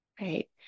right